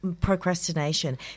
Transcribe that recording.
procrastination